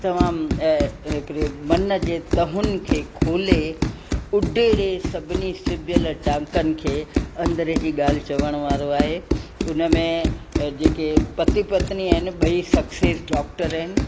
तमामु हिकिड़ो मन जे तहुनि खे खोले उडेड़े सभिनी सिबियल टांकनि खे अंदरु जी ॻाल्हि चवण वारो आहे हुन में जेके पती पत्नी आहिनि ॿई सक्सेस डॉक्टर आहिनि